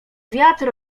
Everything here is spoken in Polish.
wiatr